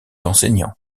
enseignant